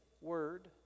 word